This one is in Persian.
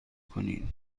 کنید